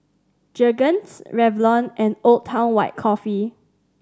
Jergens Revlon and Old Town White Coffee